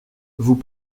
vous